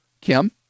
kim